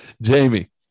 Jamie